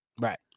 right